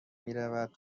میرود